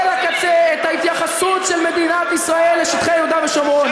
לקצה את ההתייחסות של מדינת ישראל לשטחי יהודה ושומרון.